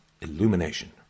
illumination